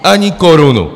Ani korunu!